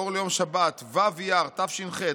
אור ליום שבת ו' אייר תש"ח,